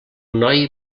noi